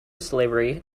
slavery